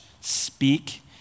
speak